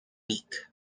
leak